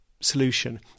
solution